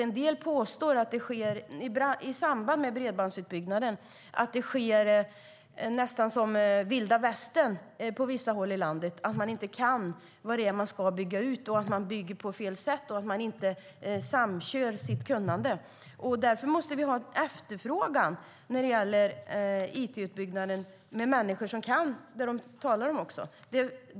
En del påstår att det i samband med bredbandsutbyggnaden nästan är vilda västern på vissa håll i landet - man kan inte det man ska bygga ut, man bygger på fel sätt och man samkör inte sitt kunnande. Därför måste vi när det gäller it-utbyggnaden ha en efterfrågan på människor som kan det de talar om.